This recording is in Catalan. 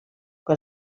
que